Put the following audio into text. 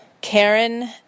Karen